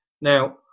Now